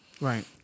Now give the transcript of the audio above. right